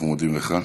אנחנו מודים לך.